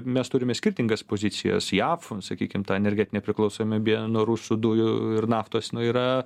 mes turime skirtingas pozicijas jav sakykim tą energetinę priklausomybę nuo rusų dujų ir naftos nu yra